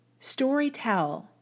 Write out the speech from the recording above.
Storytell